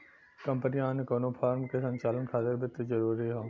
company या अन्य कउनो फर्म के संचालन खातिर वित्त जरूरी हौ